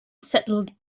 settled